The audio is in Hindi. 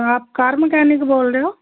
आप कार मैकेनिक बोल रहे हो